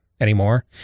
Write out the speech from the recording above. anymore